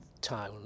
town